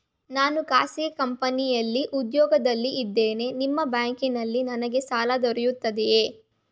ನಾನು ಖಾಸಗಿ ಕಂಪನಿಯಲ್ಲಿ ಉದ್ಯೋಗದಲ್ಲಿ ಇದ್ದೇನೆ ನಿಮ್ಮ ಬ್ಯಾಂಕಿನಲ್ಲಿ ನನಗೆ ಸಾಲ ದೊರೆಯುತ್ತದೆಯೇ?